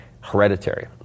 hereditary